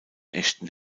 echten